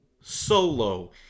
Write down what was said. Solo